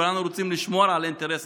כולנו רוצים לשמור על האינטרס